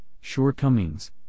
shortcomings